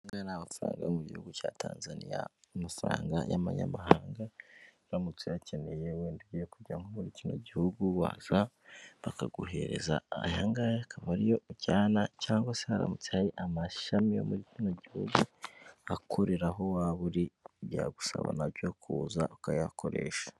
Ariya ni amafaranga yo mu gihugu cya Tanzaniya, amafaranga y'amanyamahanga, uramutse uyakeneye wenda ugiye kujya nko muri kino gihugu waza bakaguhereza aya ngaya akaba ariyo ujyana cyangwa se haramutse hari amashami yo muri kino gihugu akorera aho waba uri byagusaba na byo kuza ukayakoresha.